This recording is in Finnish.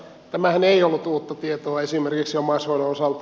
tämähän ei ollut uutta tietoa esimerkiksi omaishoidon osalta